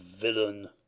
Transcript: villain